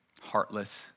heartless